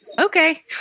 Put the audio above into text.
okay